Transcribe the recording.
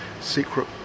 secret